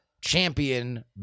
champion